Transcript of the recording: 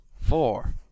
four